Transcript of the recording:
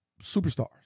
superstars